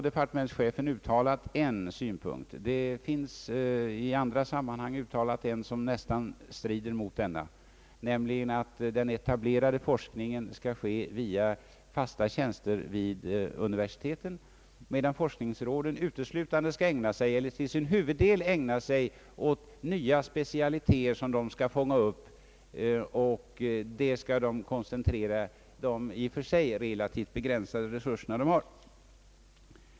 Departementschefen har här uttalat en synpunkt, men i andra sammanhang finns uttalanden som nästan strider mot detta, nämligen att den etablerade forskningen skall ske via fasta tjänster vid universiteten, medan forskningsråden huvudsakligen skall ägna sig åt nya specialiteter som de skall fånga upp och till vilka de skall koncentrera de i och för sig begränsade resurser de har.